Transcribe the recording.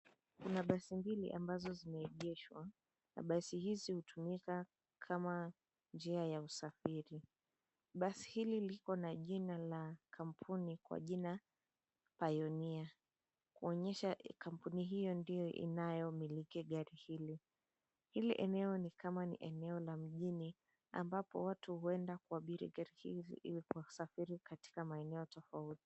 Kuna basi mbili ambazo zimeegeshwa na basi hizi hutumika kama njia ya usafiri. Basi hili likona jina la kampuni kwa jina PIONEER kuonyesha kuwa kampuni hiyo ndiyo inayomiliki gari hili. Hili eneo ni kama eneo la mjini ambapo watu huenda kuabiri gari hizi ili kusafiri katika maeneo tofauti.